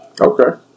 Okay